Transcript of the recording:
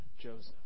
Joseph